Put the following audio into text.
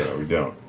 ah we don't.